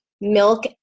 milk